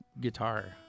guitar